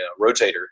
rotator